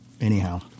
anyhow